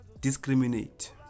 discriminate